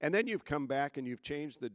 and then you've come back and you've changed the